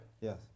Yes